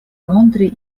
montri